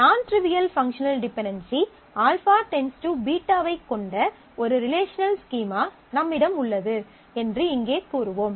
நான் trivial functional dependency α → β வைக் கொண்ட ஒரு ரிலேஷனல் ஸ்கீமா நம்மிடம் உள்ளது என்று இங்கே கூறுவோம்